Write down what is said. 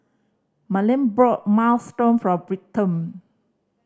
Marlen bought Minestrone for Britton